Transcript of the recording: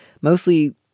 mostly